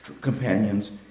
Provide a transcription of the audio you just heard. companions